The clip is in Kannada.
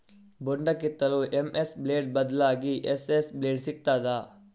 ಬೊಂಡ ಕೆತ್ತಲು ಎಂ.ಎಸ್ ಬ್ಲೇಡ್ ಬದ್ಲಾಗಿ ಎಸ್.ಎಸ್ ಬ್ಲೇಡ್ ಸಿಕ್ತಾದ?